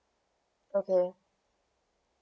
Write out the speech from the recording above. okay